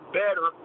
better